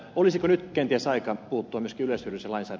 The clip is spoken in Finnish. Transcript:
olisiko nyt kenties aika puuttumiskynnys eli sellaiset